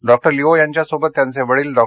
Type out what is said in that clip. doctor Leo यांच्या सोबत त्यांचे वडील डॉ